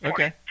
Okay